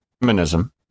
feminism